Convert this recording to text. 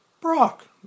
Brock